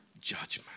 Judgment